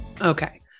Okay